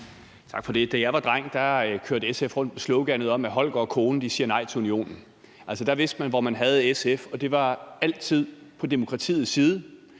Tak for det. Da jeg var dreng, kørte SF rundt med sloganet om, at Holger og konen siger nej til Unionen. Der vidste man, hvor man havde SF, og det var altid på demokratiets side.